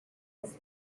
his